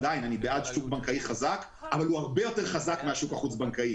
אני בעד שוק בנקאי חזק אבל הוא הרבה יותר חזק מהשוק החוץ בנקאי.